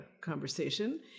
conversation